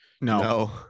no